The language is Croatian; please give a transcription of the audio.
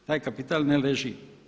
Taj kapital ne leži.